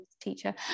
teacher